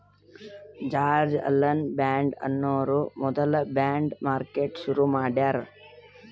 George Allen Bond ಅನ್ನೋರು ಮೊದ್ಲ bond market ಶುರು ಮಾಡ್ಯಾರ್